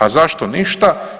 A zašto ništa?